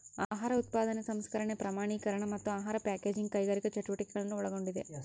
ಆಹಾರ ಉತ್ಪಾದನೆ ಸಂಸ್ಕರಣೆ ಪ್ರಮಾಣೀಕರಣ ಮತ್ತು ಆಹಾರ ಪ್ಯಾಕೇಜಿಂಗ್ ಕೈಗಾರಿಕಾ ಚಟುವಟಿಕೆಗಳನ್ನು ಒಳಗೊಂಡಿದೆ